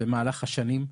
במהלך השנים?